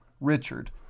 Richard